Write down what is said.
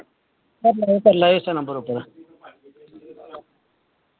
ते करी लैयो इस्सै नंबर उप्पर